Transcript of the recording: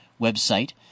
website